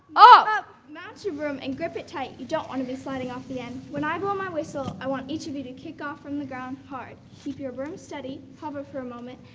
ah up! mount your broom and grip it tight. you don't wanna be sliding off the end. when i blow my whistle, i want each of you to kick off from the ground hard. keep your broom steady, hover for a moment,